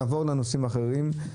נעבור לנושאים האחרים.